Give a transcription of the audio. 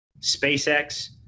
SpaceX